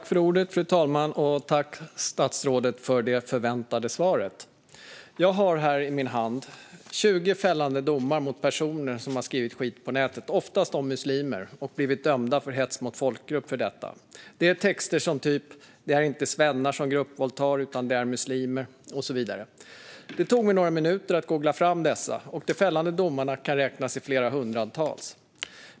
Fru talman! Tack, statsrådet, för det förväntade svaret! Jag har här i min hand 20 fällande domar mot personer som har skrivit skit på nätet, oftast om muslimer, och blivit dömda för hets mot folkgrupp för detta. Det är texter som typ: "Det är inte svennar som gruppvåldtar utan de är muslimer." Det tog mig några minuter att googla fram dessa, och de fällande domarna kan räknas i flera hundratal.